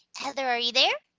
heather, are you there?